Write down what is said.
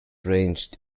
ranged